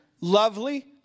lovely